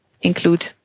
include